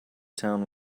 town